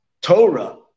Torah